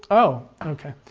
oh, okay,